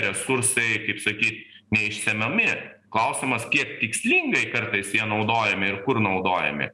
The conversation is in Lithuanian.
resursai kaip sakyt neišsemiami klausimas kiek tikslingai kartais jie naudojami ir kur naudojami